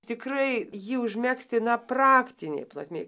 tikrai jį užmegzti na praktinėj plotmėj